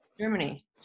germany